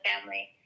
family